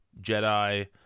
Jedi